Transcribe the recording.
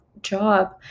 job